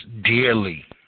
dearly